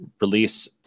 release